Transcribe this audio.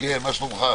הישיבה נעולה.